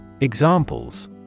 Examples